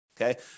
Okay